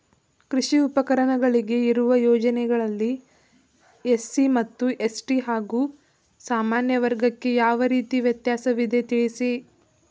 ಕೃಷಿ ಉಪಕರಣಗಳಿಗೆ ಇರುವ ಯೋಜನೆಗಳಲ್ಲಿ ಎಸ್.ಸಿ ಮತ್ತು ಎಸ್.ಟಿ ಹಾಗೂ ಸಾಮಾನ್ಯ ವರ್ಗಕ್ಕೆ ಯಾವ ರೀತಿ ವ್ಯತ್ಯಾಸವಿದೆ ತಿಳಿಸಿ?